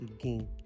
again